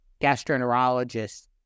gastroenterologists